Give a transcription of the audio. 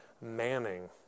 Manning